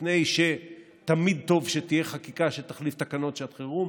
מפני שתמיד טוב שתהיה חקיקה שתחליף תקנות שעת חירום,